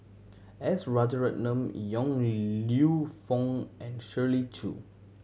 S Rajaratnam Yong Lew Foong and Shirley Chew